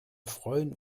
freuen